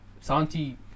Santi